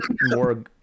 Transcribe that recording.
more